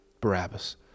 Barabbas